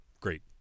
great